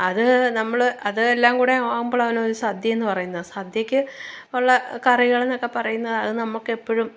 അതു നമ്മൾ അത് എല്ലാം കൂടി ആകുമ്പോഴാണ് ഒരു സദ്യയെന്നു പറയുന്നത് സദ്യക്ക് ഉള്ള കറികളെന്നൊക്കെ പറയുന്നത് അതു നമുക്കെപ്പോഴും